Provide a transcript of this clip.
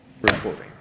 recording